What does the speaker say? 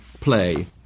play